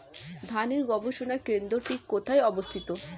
ধানের গবষণা কেন্দ্রটি কোথায় অবস্থিত?